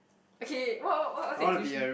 okay what what what what her English